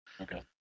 Okay